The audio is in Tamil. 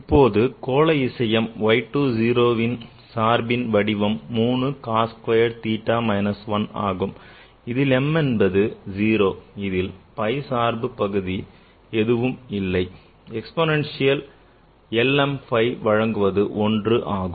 இப்போது கோள இசையம் Y 2 0வின் சார்பின் வடிவம் 3 cos squared theta minus 1 ஆகும் மேலும் இதில் m being 0 இதில் phi சார்பு பகுதி எதுவும் இல்லை the exponential i m phi வழங்குவது 1 ஆகும்